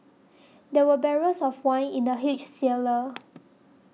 there were barrels of wine in the huge cellar